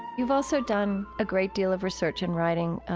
you've also done a great deal of research and writing,